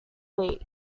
leak